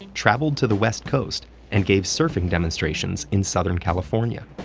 traveled to the west coast and gave surfing demonstrations in southern california.